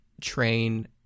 train